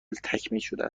تکمیلشده